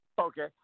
Okay